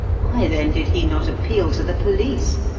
why then did he not appeal to the police?